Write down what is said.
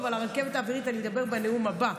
על הרכבת האווירית אני אדבר בנאום הבא.